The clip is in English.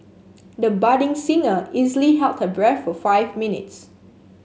the budding singer easily held her breath for five minutes